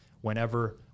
whenever